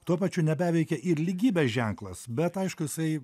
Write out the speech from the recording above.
tuo pačiu nebeveikė ir lygybės ženklas bet aišku jisai